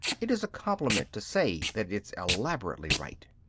it is a compliment to say that it's elaborately right.